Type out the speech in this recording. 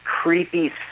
Creepy